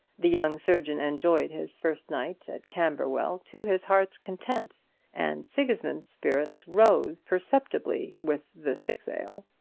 the young surgeon enjoyed his first night at camberwell to his heart's content and sigismund's spirits rose perceptibly with the six ale.